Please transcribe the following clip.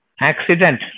accident